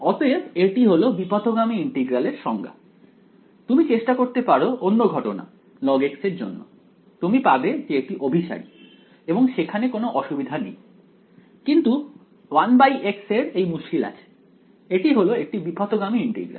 অতএব এটি হলো বিপথগামী ইন্টিগ্রাল এর সংজ্ঞা তুমি চেষ্টা করতে পারো অন্য ঘটনা log এর জন্য তুমি পাবে যে এটি অভিসারী এবং সেখানে কোনো অসুবিধা নেই কিন্তু 1x এর এই মুশকিল আছে এটি হলো একটি বিপথগামী ইন্টিগ্রাল